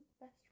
best